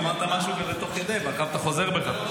אמרת משהו תוך כדי, ועכשיו אתה חוזר בך.